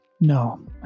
No